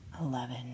Eleven